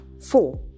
four